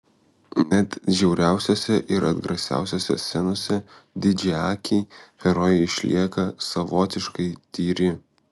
net žiauriausiose ir atgrasiausiose scenose didžiaakiai herojai išlieka savotiškai tyri